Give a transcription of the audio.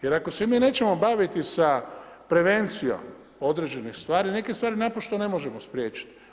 Jer ako se mi nećemo baviti sa prevencijom određenih stvari, neke stvari naprosto ne možemo spriječiti.